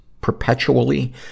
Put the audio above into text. perpetually